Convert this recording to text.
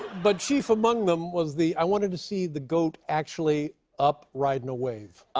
but chief among them was the i wanted to see the goat actually up riding a wave.